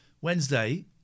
Wednesday